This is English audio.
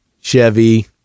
Chevy